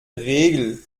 regel